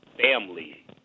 family